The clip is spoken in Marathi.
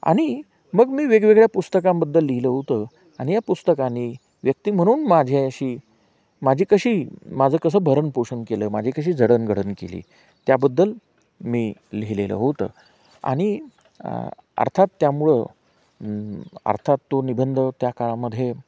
आणि मग मी वेगवेगळ्या पुस्तकांबद्दल लिहिलं होतं आणि या पुस्तकांनी व्यक्ती म्हणून माझ्या अशी माझी कशी माझं कसं भरणपोषण केलं माझी कशी जडणगडण केली त्याबद्दल मी लिहिलेलं होतं आणि अर्थात त्यामुळं अर्थात तो निबंध त्या काळामध्ये